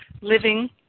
living